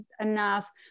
enough